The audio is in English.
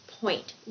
point